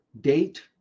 date